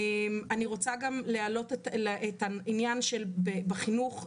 אני רוצה גם להעלות את העניין שבחינוך,